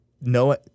no